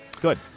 good